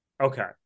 Okay